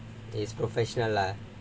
he's professional lah